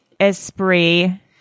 Esprit